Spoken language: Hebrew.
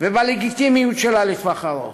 ובלגיטימיות שלה לטווח ארוך.